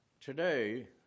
Today